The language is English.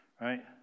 right